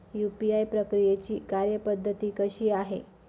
UPI प्रक्रियेची कार्यपद्धती कशी आहे?